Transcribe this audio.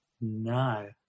No